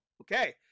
Okay